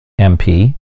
MP